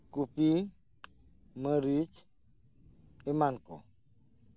ᱠᱚᱯᱤ ᱢᱟᱹᱨᱤᱪ ᱮᱢᱟᱱ ᱠᱚ